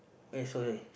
eh sorry